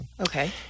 Okay